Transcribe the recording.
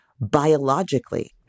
biologically